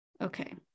Okay